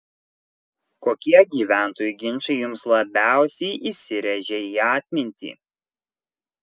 kokie gyventojų ginčai jums labiausiai įsirėžė į atmintį